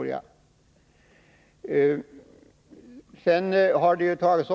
Virkesförsörjningsutredningen har ju tagits